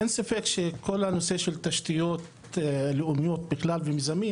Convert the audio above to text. אין ספק שכל הנושא של תשתיות לאומיות ומיזמים בכלל,